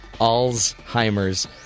Alzheimer's